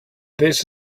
this